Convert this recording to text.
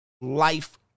life